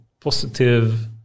positive